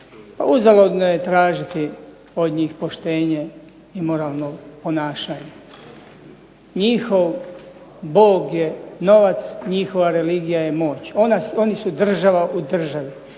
uzaludno je tražiti od njih poštenje i moralno ponašanje. Njihov bog je novac, njihova religija je moć. Oni su država u državi.